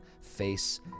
face